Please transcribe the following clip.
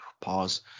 Pause